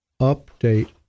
Update